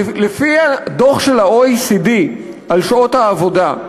לפי דוח של ה-OECD על שעות העבודה,